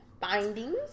Findings